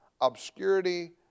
obscurity